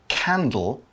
candle